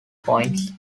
ports